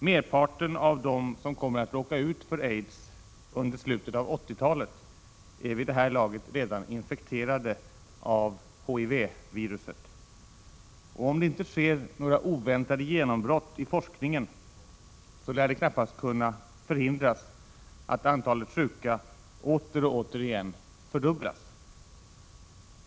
Merparten av dem som kommer att råka ut för aids under slutet av 80-talet är vid det här laget redan infekterade av HIV-viruset, och om det inte sker några oväntade genombrott i forskningen så lär det knappast kunna förhindras att antalet sjuka åter och återigen fördubblas.